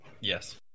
Yes